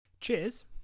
Cheers